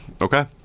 Okay